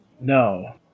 no